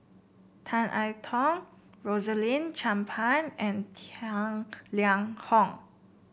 Tan I Tong Rosaline Chan Pang and Tang Liang Hong